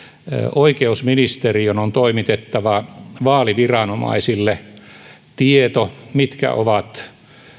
oikeusministeriön on toimitettava vaaliviranomaisille tieto mitkä ovat